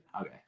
Okay